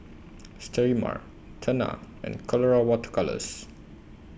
Sterimar Tena and Colora Water Colours